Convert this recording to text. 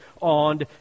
on